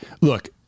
look